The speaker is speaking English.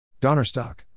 Donnerstock